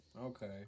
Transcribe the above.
Okay